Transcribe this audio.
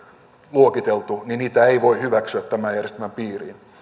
luokiteltu niitä ei voi hyväksyä tämän järjestelmän piiriin